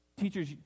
Teachers